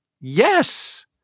Yes